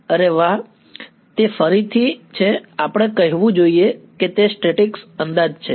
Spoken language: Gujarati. અરે વાહ તે ફરીથી છે આપણે કહેવું જોઈએ કે તે સ્ટેટિક્સ અંદાજ છે